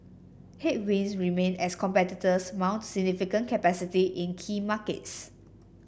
headwinds remain as competitors mount significant capacity in key markets